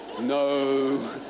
no